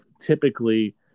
typically